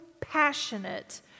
passionate